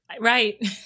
Right